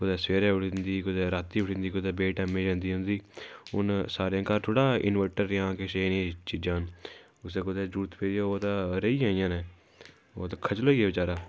कुदै सवेरै उठी जंदी कुदै राती उठी जंदी कुतै बे टैमे जंदी रौंह्दी हून सारें घर थोह्ड़ा इनवर्टर जां किश एह् नेहियां चीजां न कुसै कुदै जरूरत पेई जा ओह् तां रेही गेआ इ'यां गै ओह् तां खज्जल होई गेआ बेचारा